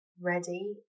Ready